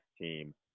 team